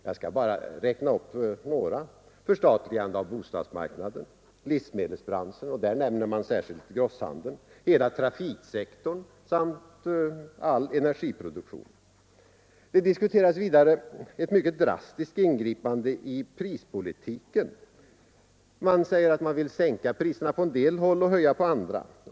Jag skall bara räkna upp några: förstatligande av bostadsmarknaden, livsmedelsbranschen — där nämner man särskilt grosshandeln —, hela trafiksektorn samt all energiproduktion. Det diskuteras vidare ett mycket drastiskt ingripande i prispolitiken. Man säger att man vill sänka priserna på en del håll och höja på andra.